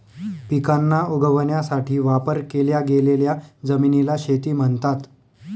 पिकांना उगवण्यासाठी वापर केल्या गेलेल्या जमिनीला शेती म्हणतात